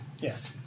Yes